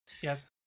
Yes